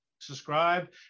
subscribe